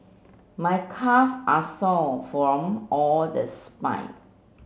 my calve are sore from all the